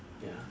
ya